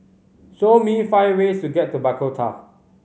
show me five ways to get to Bogota